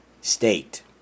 state